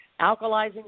alkalizing